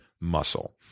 muscle